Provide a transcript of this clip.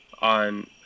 on